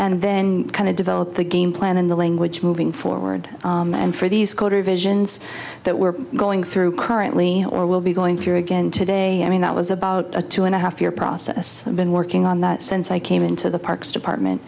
and then kind of develop the game plan in the language moving forward and for these quarter visions that we're going through currently or will be going through again today i mean that was about a two and a half year process i've been working on that since i came into the parks department